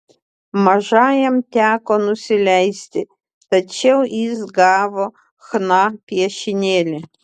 mažajam teko nusileisti tačiau jis gavo chna piešinėlį